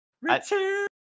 Return